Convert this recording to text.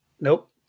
Nope